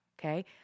okay